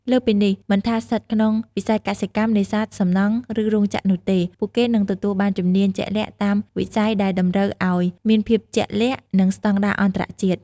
លើសពីនេះ មិនថាស្ថិតក្នុងវិស័យកសិកម្ម នេសាទ សំណង់ ឬរោងចក្រនោះទេ ពួកគេនឹងទទួលបានជំនាញជាក់លាក់តាមវិស័យដែលតម្រូវឱ្យមានភាពជាក់លាក់ និងស្តង់ដារអន្តរជាតិ។